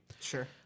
Sure